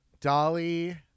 Dolly